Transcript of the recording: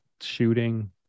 shooting